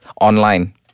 online